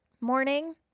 morning